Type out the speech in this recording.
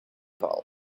bulb